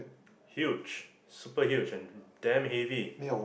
huge super huge and damn heavy